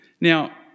Now